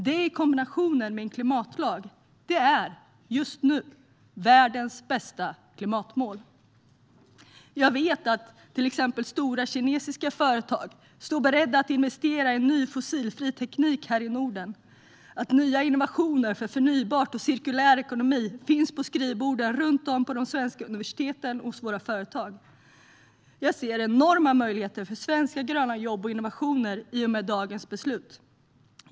Detta i kombination med en klimatlag är, just nu, världens bästa klimatmål. Jag vet att till exempel stora kinesiska företag står beredda att investera i ny fossilfri teknik här i Norden och att nya innovationer för förnybart och cirkulär ekonomi finns på skrivborden runt om på de svenska universiteten och hos våra företag. Jag ser enorma möjligheter för svenska gröna jobb och innovationer i och med dagens beslut.